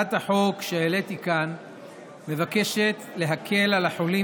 הצעת חוק שהעליתי כאן מבקשת להקל על החולים